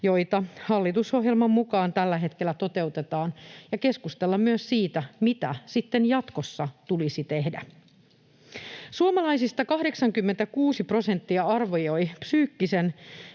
joita hallitusohjelman mukaan tällä hetkellä toteutetaan, ja keskustella myös siitä, mitä sitten jatkossa tulisi tehdä. Suomalaisista 86 prosenttia arvioi psyykkisen